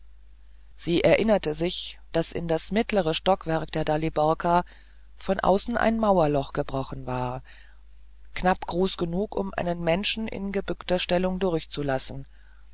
sie erinnerte sich daß in das mittlere stockwerk der daliborka von außen ein mauerloch gebrochen war knapp groß genug um einen menschen in gebückter stellung durchzulassen